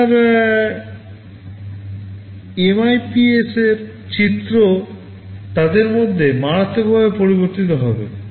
আপনার MIPSর চিত্র তাদের মধ্যে মারাত্মকভাবে পরিবর্তিত হবে